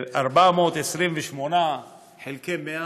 428 חלקי 100,